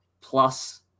plus